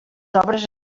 obres